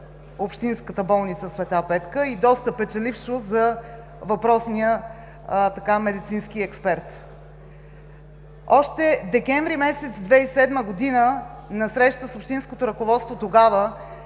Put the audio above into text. общинската болница „Света Петка“ и доста печелившо за въпросния медицински експерт. Още месец декември 2007 г. на среща с общинското ръководство тогава